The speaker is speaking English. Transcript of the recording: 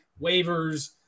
waivers